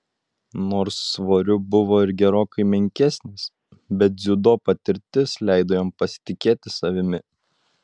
nors svoriu buvo ir gerokai menkesnis bet dziudo patirtis leido jam pasitikėti savimi